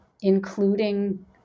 including